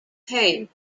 hey